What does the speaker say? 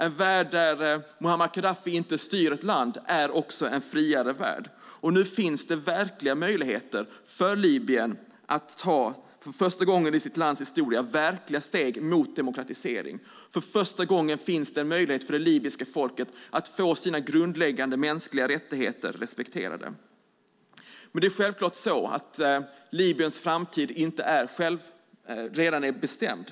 En värld där Muammar Gaddafi inte styr ett land är en friare värld. Nu finns det verkliga möjligheter för Libyen att för första gången i landets historia ta verkliga steg mot demokratisering. För första gången finns det en möjlighet för det libyska folket att få sina grundläggande mänskliga rättigheter respekterade. Men Libyens framtid är självklart inte redan bestämd.